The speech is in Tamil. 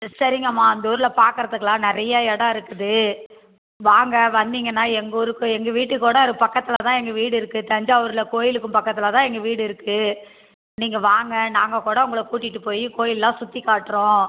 சரிங்கமா இந்த ஊரில் பார்க்குறதுக்குலாம் நிறையா இடம் இருக்குது வாங்க வந்திங்கனால் எங்கூருக்கு எங்கள் வீட்டுக்கூடஒரு பக்கத்தில் தான் எங்கள் வீடு இருக்குது தஞ்சாவூரில் கோயிலுக்கும் பக்கத்தில் தான் எங்கள் வீடு இருக்குது நீங்கள் வாங்க நாங்கள் கூட உங்களை கூட்டிகிட்டு போய் கோயிலெல்லாம் சுற்றி காட்டுறோம்